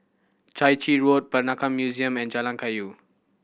Chai Chee Road Peranakan Museum and Jalan Kayu